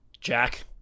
jack